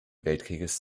weltkrieges